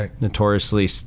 notoriously